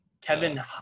Kevin